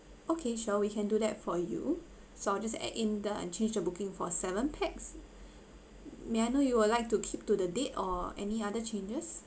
okay sure we can do that for you so I'll just add in the change of booking for seven pax may I know you would like to keep to the date or any other changes